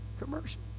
commercial